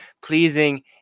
pleasing